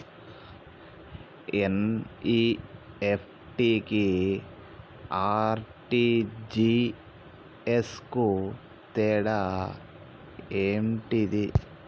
NEFT కి RTGS కు తేడా ఏంటిది?